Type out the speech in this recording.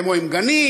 הם רואים גנים,